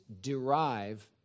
derive